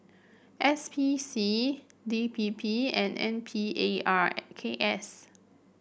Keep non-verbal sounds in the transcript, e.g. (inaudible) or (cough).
S P C D P P and N P A R (unintelligible) K S